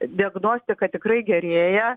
diagnostika tikrai gerėja